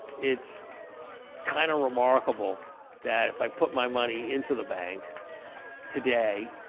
it's kind of remarkable that if i put my money into the bank today,